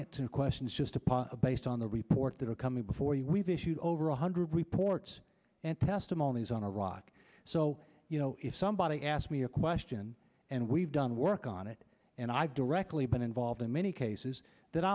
upon based on the reports that are coming before you we've issued over one hundred reports and testimonies on iraq so you know if somebody asked me a question and we've done work on it and i've directly been involved in many cases that